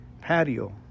patio